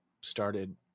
started